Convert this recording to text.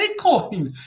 Bitcoin